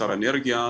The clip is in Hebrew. שר האנרגיה,